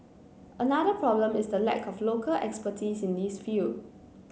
another problem is the lack of local expertise in this field